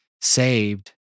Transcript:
saved